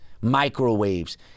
microwaves